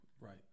right